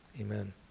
Amen